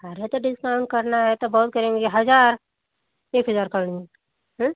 अरे तो डिस्काउंट करना है तो बहुत करेंगे हजार एक हजार करें